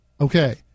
Okay